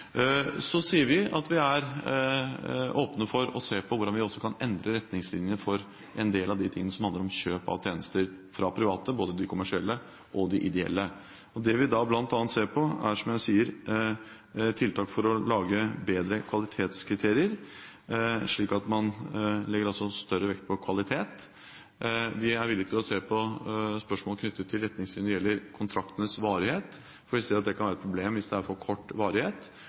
Så sier vi at vi er åpne for å se på hvordan vi kan endre retningslinjene for en del av de tingene som handler om kjøp av tjenester fra private, både de kommersielle og de ideelle. Det vi da bl.a. ser på, er, som jeg sier, tiltak for å lage bedre kvalitetskriterier, slik at man legger større vekt på kvalitet. Vi er villig til å se på spørsmål knyttet til retningslinjer når det gjelder kontraktenes varighet, for vi ser at det kan være et problem hvis det er for kort varighet.